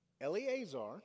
Eleazar